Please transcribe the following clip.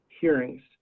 hearings